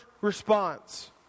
response